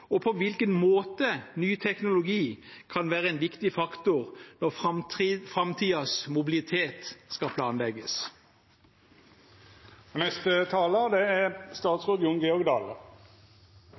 og på hvilken måte ny teknologi kan være en viktig faktor når framtidens mobilitet skal planlegges.